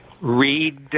read